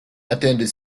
attended